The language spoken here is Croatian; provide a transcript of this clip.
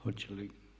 Hoće li?